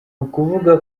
ukuvuga